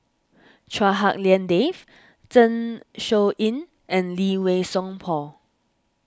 Chua Hak Lien Dave Zeng Shouyin and Lee Wei Song Paul